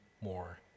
more